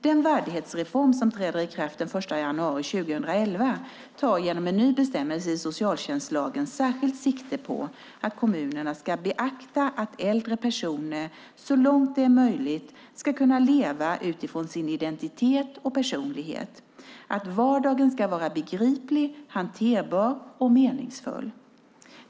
Den värdighetsreform som träder i kraft den 1 januari 2011 tar genom en ny bestämmelse i socialtjänstlagen särskilt sikte på att kommunerna ska beakta att äldre personer så långt det är möjligt ska kunna leva utifrån sin identitet och personlighet, att vardagen ska vara begriplig, hanterbar och meningsfull.